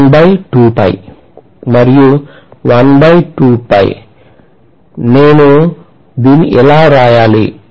మరియు నేను దీన్నిఇలా వ్రాయాలి